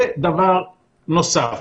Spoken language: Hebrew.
זה דבר נוסף.